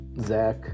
Zach